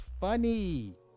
funny